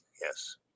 yes